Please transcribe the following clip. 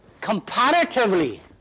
comparatively